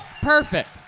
Perfect